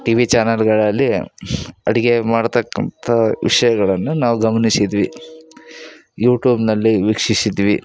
TV ಚಾನಲ್ಗಳಲ್ಲಿ ಅಡುಗೆ ಮಾಡತಕ್ಕಂಥ ವಿಷಯಗಳನ್ನು ನಾವು ಗಮನಿಸಿದ್ವಿ ಯೂಟೂಬ್ನಲ್ಲಿ ವೀಕ್ಷಿಸಿದ್ವಿ